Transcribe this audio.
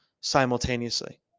simultaneously